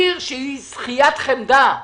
עיר שהיא שכיית חמדה,